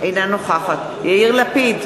אינה נוכחת יאיר לפיד,